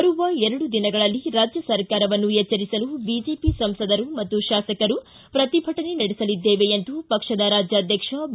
ಬರುವ ಎರಡು ದಿನಗಳಲ್ಲಿ ರಾಜ್ಯ ಸರ್ಕಾರವನ್ನು ಎಚ್ಟರಿಸಲು ಬಿಜೆಪಿ ಸಂಸದರು ಮತ್ತು ಶಾಸಕರು ಪ್ರತಿಭಟನೆ ನಡೆಸಲಿದ್ದೆವೆ ಎಂದು ಪಕ್ಷದ ರಾಜ್ಯಾಧ್ಯಕ್ಷ ಬಿ